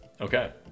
Okay